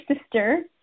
sister